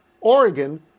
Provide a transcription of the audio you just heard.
Oregon